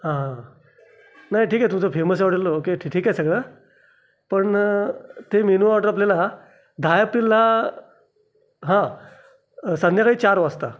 हा नाही ठीक आहे तुझं फेमस आहे हॉटेल ओके ठी ठीक आहे सगळं पण ते मेनू ऑर्डर आपल्याला दहा एप्रिलला हा संध्याकाळी चार वाजता